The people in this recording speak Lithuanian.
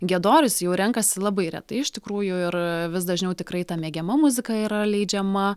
giedorius jau renkasi labai retai iš tikrųjų ir vis dažniau tikrai ta mėgiama muzika yra leidžiama